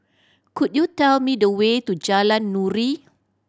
could you tell me the way to Jalan Nuri